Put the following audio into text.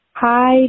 Hi